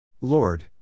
Lord